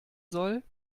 soll